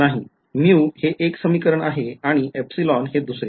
नाही µ हे एक समीकरण आहे आणि € हे दुसरे